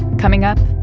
coming up,